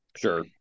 Sure